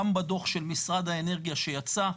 גם בדוח של משרד האנרגיה שיצא,